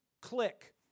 click